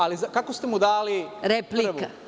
Ali, kako ste mu dali prvu?